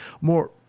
more